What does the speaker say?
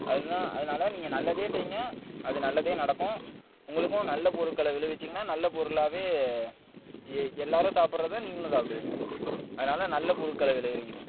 அதுதான் அதனால நீங்கள் நல்லதே செய்யுங்க அது நல்லதே நடக்கும் உங்களுக்கும் நல்ல பொருட்களை விளைவிச்சுங்கனா நல்ல பொருளாகவே எ எல்லாேரும் சாப்பிறத நீங்களும் சாப்பிடுவீங்க அதனால் நல்ல பொருட்களை விளைவிங்க